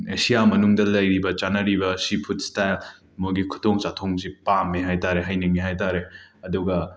Asia ꯃꯅꯨꯡꯗ ꯂꯩꯔꯤꯕ ꯆꯥꯅꯔꯤꯕ ꯁꯤꯐꯨꯠ ꯁ꯭ꯇꯥꯏꯜ ꯃꯈꯣꯏꯒꯤ ꯈꯨꯊꯣꯡ ꯆꯥꯛꯊꯣꯡꯁꯦ ꯄꯥꯝꯃꯤ ꯍꯥꯏꯕ ꯇꯥꯔꯦ ꯍꯩꯅꯤꯡꯏ ꯍꯥꯏꯕ ꯇꯥꯔꯦ ꯑꯗꯨꯒ